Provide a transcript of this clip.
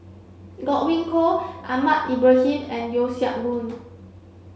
Godwin Koay Ahmad Ibrahim and Yeo Siak Goon